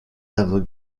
level